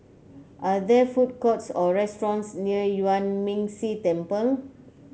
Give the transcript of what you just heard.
are there food courts or restaurants near Yuan Ming Si Temple